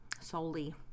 solely